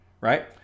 right